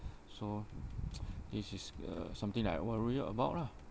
so this is uh something that I worry about lah